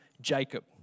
Jacob